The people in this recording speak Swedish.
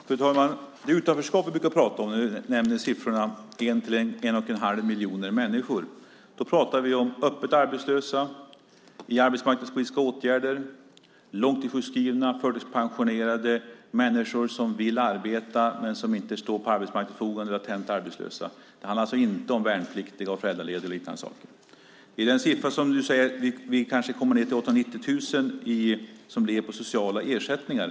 Fru talman! Det utanförskap som vi brukar prata om - vi nämner siffrorna en till en och en halv miljon människor - gäller öppet arbetslösa, dem i arbetsmarknadspolitiska åtgärder, långtidssjukskrivna, förtidspensionerade, människor som vill arbeta men som inte står på arbetsmarknadens förfogande eller är helt arbetslösa. Det handlar alltså inte om värnpliktiga, föräldralediga och liknande. Du nämnder att 890 000 lever på sociala ersättningar.